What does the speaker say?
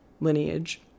lineage